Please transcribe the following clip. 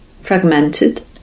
fragmented